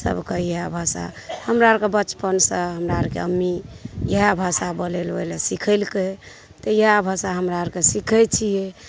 सबके इएह भाषा हमरा आरके बचपनसँ हमरा आरके अम्मी इएह भाषा बोलय लऽ सीखेलकै तऽ इएह भाषा हमरा आरके सीखैत छियै